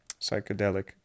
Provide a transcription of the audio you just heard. psychedelic